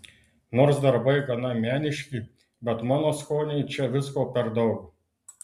nors darbai gana meniški bet mano skoniui čia visko per daug